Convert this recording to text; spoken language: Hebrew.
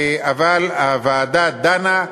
הוועדה דנה,